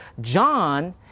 John